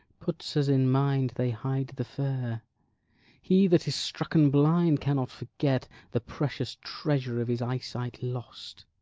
puts us in mind they hide the fair he that is strucken blind cannot forget the precious treasure of his eyesight lost